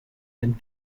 and